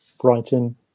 Brighton